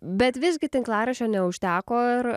bet visgi tinklaraščio neužteko ir